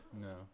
No